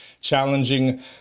challenging